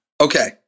Okay